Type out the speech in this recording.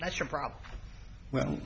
that's your problem well